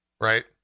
right